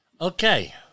Okay